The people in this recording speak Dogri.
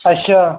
अच्छा